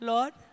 Lord